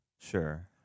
Sure